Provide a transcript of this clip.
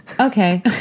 Okay